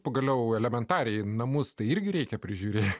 pagaliau elementariai namus tai irgi reikia prižiūrėti